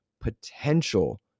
potential